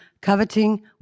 coveting